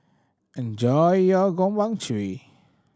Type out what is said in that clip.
enjoy your